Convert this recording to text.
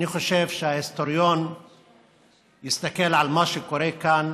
אני חושב שכשההיסטוריון יסתכל על מה שקורה כאן,